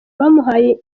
bamuhaye